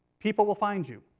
people will find you.